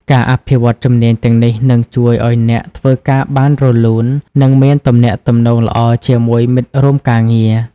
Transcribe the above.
ការអភិវឌ្ឍជំនាញទាំងនេះនឹងជួយឱ្យអ្នកធ្វើការបានរលូន និងមានទំនាក់ទំនងល្អជាមួយមិត្តរួមការងារ។